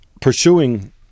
pursuing